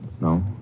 No